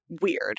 weird